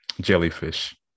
jellyfish